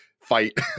fight